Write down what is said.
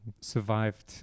survived